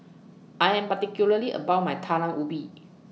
I Am particularly about My Talam Ubi